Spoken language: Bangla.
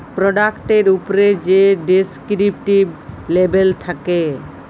পরডাক্টের উপ্রে যে ডেসকিরিপ্টিভ লেবেল থ্যাকে